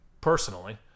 personally